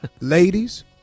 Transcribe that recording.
ladies